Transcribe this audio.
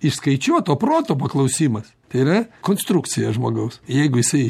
išskaičiuoto proto paklausimas tai yra konstrukcija žmogaus jeigu jisai